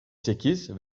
sekiz